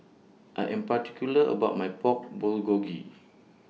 I Am particular about My Pork Bulgogi